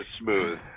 smooth